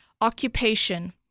occupation